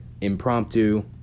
impromptu